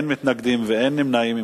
אין מתנגדים ואין נמנעים.